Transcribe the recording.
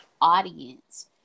audience